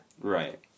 Right